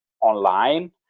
online